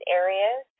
areas